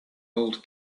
old